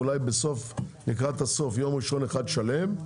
אולי בסוף, לקראת הסוף, יום ראשון אחד שלם.